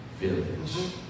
village